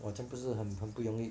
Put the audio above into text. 哇这样不是很不容易